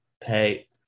pay